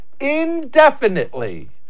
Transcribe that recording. indefinitely